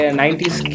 90s